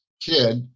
kid